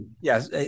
Yes